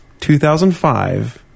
2005